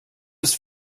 ist